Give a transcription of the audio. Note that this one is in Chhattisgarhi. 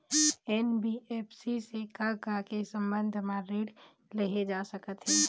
एन.बी.एफ.सी से का का के संबंध म ऋण लेहे जा सकत हे?